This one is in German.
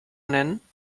nennen